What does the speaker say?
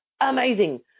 Amazing